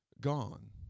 gone